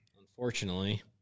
unfortunately